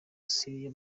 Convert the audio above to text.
syria